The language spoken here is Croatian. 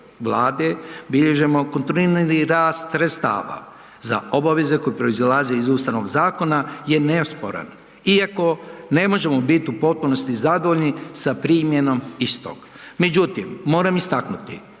Vlade bilježimo kontinuirani rast sredstava za obaveze koje proizilaze iz Ustavnog zakona je neosporan iako ne možemo bit u potpunosti zadovoljni sa primjenom istog. Međutim, moram istaknuti